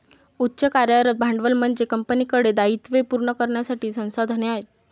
उच्च कार्यरत भांडवल म्हणजे कंपनीकडे दायित्वे पूर्ण करण्यासाठी संसाधने आहेत